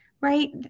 right